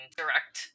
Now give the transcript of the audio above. direct